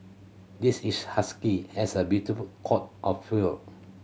this is husky has a beautiful coat of fur